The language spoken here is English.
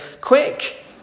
quick